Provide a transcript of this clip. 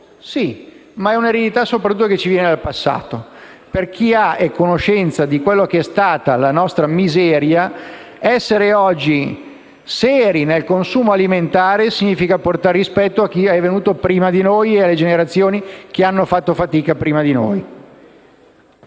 Sì, ma è soprattutto un'eredità che ci viene dal passato; per chi è a conoscenza di quella che è stata la nostra miseria, essere oggi seri nel consumo alimentare significa portare rispetto a chi è venuto prima di noi e alle generazioni che hanno fatto fatica prima di noi.